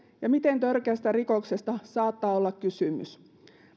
ja miten törkeästä rikoksesta saattaa olla kysymys